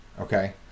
okay